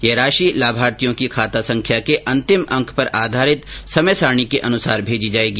यह राशि लाभार्थियों की खाता संख्या के अंतिम अंक पर आधारित समय सारणी के अनुसार भेजी जाएगी